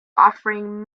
offering